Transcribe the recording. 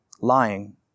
lying